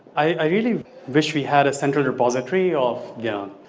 i really wish we had a central repository of yeah